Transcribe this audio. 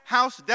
House